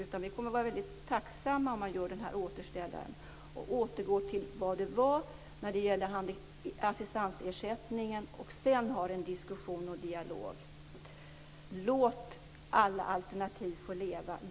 Vi kommer att vara mycket tacksamma om regeringen gör den återställaren och återgår till det som gällde tidigare med assistansersättningen och sedan har en diskussion och dialog. Låt alla alternativ få leva!